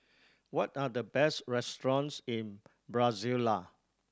what are the best restaurants in Brasilia